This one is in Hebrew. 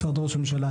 משרד ראש הממשלה,